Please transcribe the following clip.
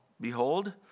behold